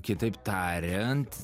kitaip tariant